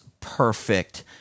perfect